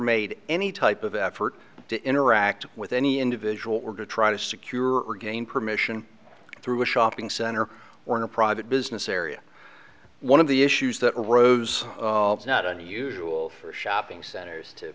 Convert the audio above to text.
made any type of effort to interact with any individual or to try to secure or gain permission through a shopping center or in a private business area one of the issues that arose not unusual for shopping centers to